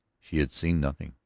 she had seen nothing.